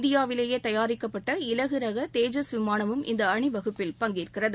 இந்தியாவிலேயேதயாரிக்கப்பட்ட இலகுரகதேஜஸ் விமானமும் இந்தஅணிவகுப்பில் பங்கேற்கிறது